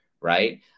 Right